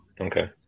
okay